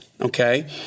Okay